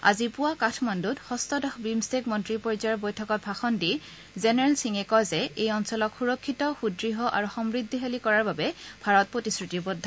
আজি পুৱা কাঠমাণ্ডত ষষ্ঠদশ বিমট্টেক মন্ত্ৰী পৰ্যায়ৰ বৈঠকত ভাষণ দি জেনেৰেল সিঙে কয় যে এই অঞ্চলক সুৰক্ষিত সুদৃঢ় আৰু সমৃদ্ধিশালী কৰাৰ বাবে ভাৰত উছৰ্গিত